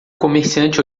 comerciante